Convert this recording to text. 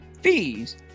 fees